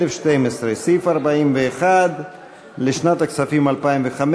סעיף 41 לשנת הכספים 2015,